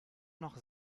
noch